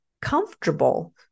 comfortable